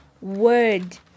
word